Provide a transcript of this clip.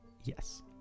yes